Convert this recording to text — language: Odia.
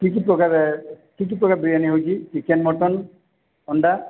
କି କି ପ୍ରକାରେ କି କି ପ୍ରକାରେ ବିରିୟାନୀ ହୋଇଛି ଚିକେନ୍ ମଟନ୍ ଅଣ୍ଡା